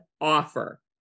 offer